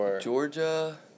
Georgia